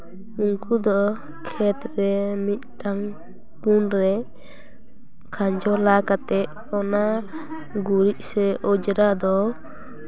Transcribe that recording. ᱩᱱᱠᱩ ᱫᱚ ᱠᱷᱮᱛᱨᱮ ᱢᱤᱫᱴᱟᱱ ᱠᱩᱱᱨᱮ ᱠᱷᱟᱸᱡᱚ ᱞᱟ ᱠᱟᱛᱮᱜ ᱚᱱᱟ ᱜᱩᱨᱤᱡ ᱥᱮ ᱚᱸᱡᱽᱨᱟ ᱫᱚ